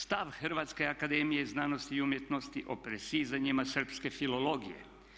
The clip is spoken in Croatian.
Stav Hrvatske akademije znanosti i umjetnosti o presizanjima srpske filologije.